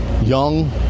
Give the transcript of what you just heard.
young